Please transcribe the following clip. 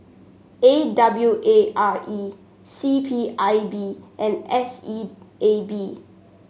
A W A R E C P I B and S E A B